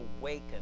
awaken